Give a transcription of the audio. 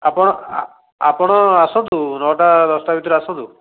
ଆପଣ ଆପଣ ଆସନ୍ତୁ ନଅଟା ଦଶଟା ଭିତରେ ଆସନ୍ତୁ